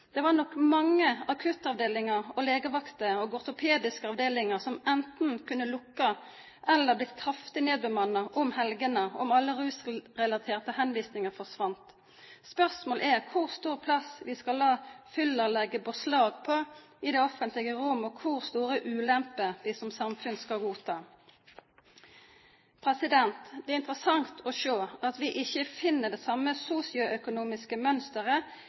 Det ville nok vært mange akuttavdelinger, legevakter og ortopediske avdelinger som enten kunne lukket eller blitt kraftig nedbemannet i helgene, om alle rusrelaterte henvisninger forsvant. Spørsmålet er hvor stor plass vi skal la fylla legge beslag på av det offentlige rom, og hvor store ulemper vi som samfunn skal godta. Det er interessant å se at vi ikke finner det samme sosioøkonomiske mønsteret